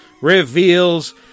reveals